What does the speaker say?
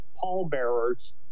pallbearers